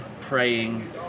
praying